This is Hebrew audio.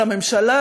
על הממשלה.